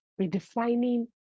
redefining